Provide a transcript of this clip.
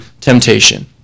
temptation